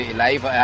life